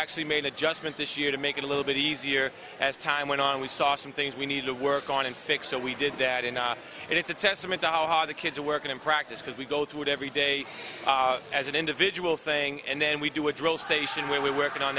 actually made adjustments issue to make it a little bit easier as time went on we saw some things we need to work on and fix so we did that enough and it's a testament to how hard the kids are working in practice because we go through it every day as an individual thing and then we do a drill station when we working on